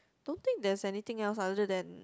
don't think there's anything else other than